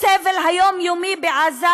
הסבל היומיומי בעזה,